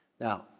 Now